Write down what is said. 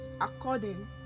according